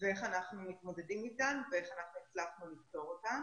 ואיך אנחנו מתמודדים איתן ואיך הצלחנו לפתור אותן